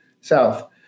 south